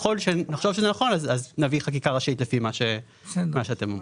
ככל שנחשוב שזה נכון נביא חקיקה ראשית לפי מה שאתם אומרים.